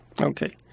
Okay